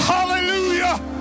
Hallelujah